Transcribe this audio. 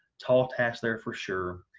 tall task there for sure